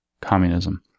communism